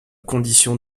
condition